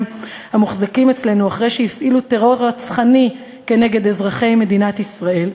המוחזקים אצלנו אחרי שהפעילו טרור רצחני כנגד אזרחי מדינת ישראל,